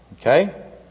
Okay